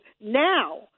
now